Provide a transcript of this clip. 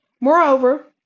Moreover